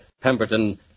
Pemberton